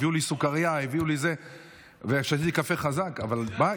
הביאו לי סוכרייה, שתיתי קפה חזק, אבל מה?